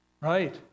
Right